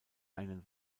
einen